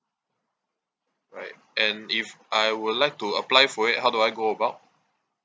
right and if I will like to apply for it how do I go about